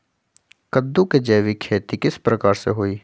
कददु के जैविक खेती किस प्रकार से होई?